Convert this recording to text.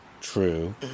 true